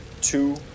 two